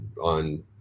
on